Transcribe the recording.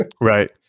Right